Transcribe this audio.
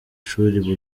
ishuri